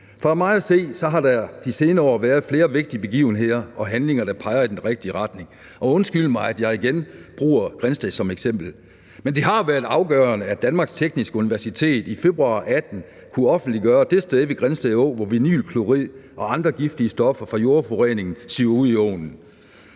For mig at se har der de senere år været flere vigtige begivenheder og handlinger, der peger i den rigtige retning. Og undskyld mig, at jeg igen bruger Grindsted som eksempel, men det har været afgørende, at Danmark Tekniske Universitet i februar 2018 kunne offentliggøre det sted ved Grindsted Å, hvor vinylklorid og andre giftige stoffer fra jordforureningen siver ud i åen.